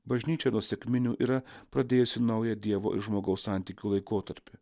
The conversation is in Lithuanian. bažnyčia nuo sekminių yra pradėjusi naują dievo ir žmogaus santykių laikotarpį